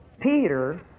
Peter